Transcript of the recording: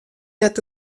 net